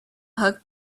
hook